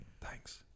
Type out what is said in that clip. thanks